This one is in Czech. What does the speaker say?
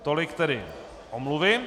Tolik tedy omluvy.